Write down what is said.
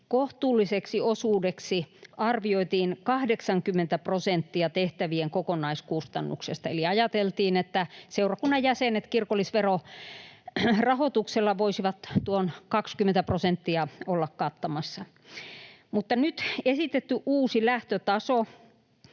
kohtuulliseksi osuudeksi arvioitiin 80 prosenttia tehtävien kokonaiskustannuksesta, eli ajateltiin, että seurakunnan jäsenet kirkollisverorahoituksella voisivat tuon 20 prosenttia olla kattamassa. Mutta nyt esitetty uusi lähtötaso